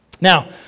Now